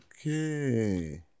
Okay